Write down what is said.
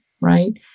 right